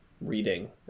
reading